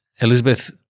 Elizabeth